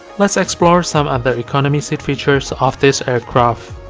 let's explore some other economy seat features of this aircraft